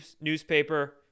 newspaper